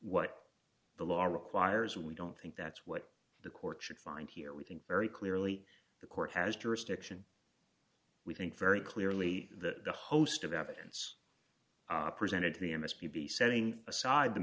what the law requires we don't think that's what the court should find here we think very clearly the court has jurisdiction we think very clearly that the host of evidence presented to the m s b be setting aside the